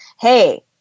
Hey